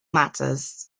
matters